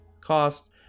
cost